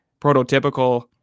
prototypical